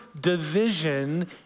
division